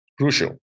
crucial